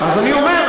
אז אני אומר,